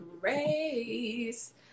grace